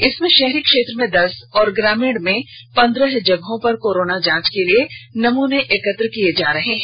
इसमें शहरी क्षेत्र में दस और ग्रामीण में पंद्रह जगहों पर कोरोना जांच के लिए नमूना एकत्र किया जा रहा है